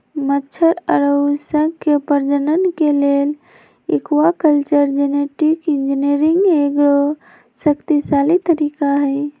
मछर अउर शंख के प्रजनन के लेल एक्वाकल्चर जेनेटिक इंजीनियरिंग एगो शक्तिशाली तरीका हई